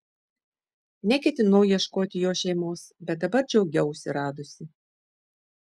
neketinau ieškoti jo šeimos bet dabar džiaugiausi radusi